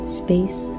space